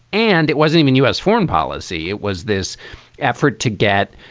and it wasn't even u s. foreign policy. it was this effort to get.